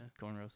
cornrows